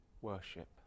worship